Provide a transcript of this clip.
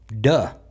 duh